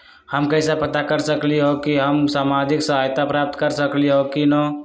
हम कैसे पता कर सकली ह की हम सामाजिक सहायता प्राप्त कर सकली ह की न?